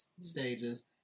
stages